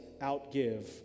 outgive